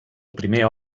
primer